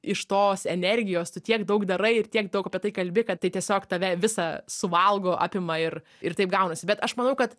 iš tos energijos tu tiek daug darai ir tiek daug apie tai kalbi kad tai tiesiog tave visą suvalgo apima ir ir taip gaunasi bet aš manau kad